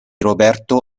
roberto